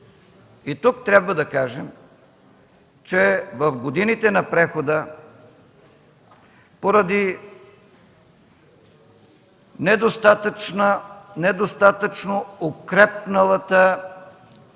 Тук трябва да кажем, че в годините на прехода, поради недостатъчно укрепналата